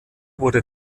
wurde